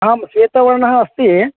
अहं शीतवर्णः अस्ति